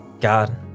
God